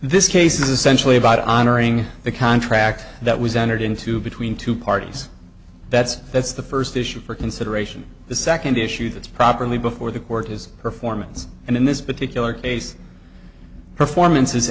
this case is essentially about honoring the contract that was entered into between two parties that's that's the first issue for consideration the second issue that's properly before the court is performance and in this particular case performance i